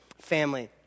family